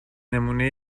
نمونه